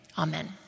Amen